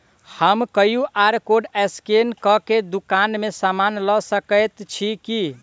हम QR code scan कऽ केँ दुकान मे समान लऽ सकैत छी की?